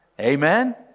Amen